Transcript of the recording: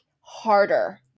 harder